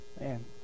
man